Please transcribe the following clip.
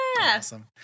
Awesome